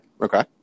Okay